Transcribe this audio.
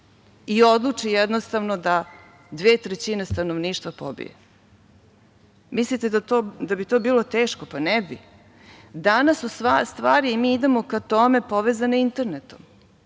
i odluči jednostavno da dve trećine stanovništva pobije. Mislite li da bi to bilo teško? Pa ne bi. Danas su stvari, i mi idemo ka tome, povezane internetom.